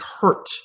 hurt